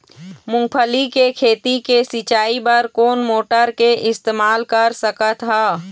मूंगफली के खेती के सिचाई बर कोन मोटर के इस्तेमाल कर सकत ह?